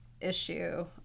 issue